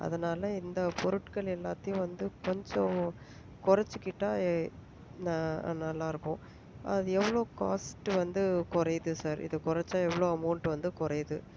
அதனால் இந்த பொருட்கள் எல்லாத்தையும் வந்து கொஞ்சம் குறைச்சிக்கிட்டா ந நல்லாருக்கும் அது எவ்வளோ காஸ்ட்டு வந்து குறையுது சார் இதை குறைச்சா எவ்வளோ அமௌண்ட் வந்து குறையுது